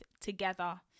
together